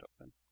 open